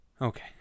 Okay